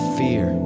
fear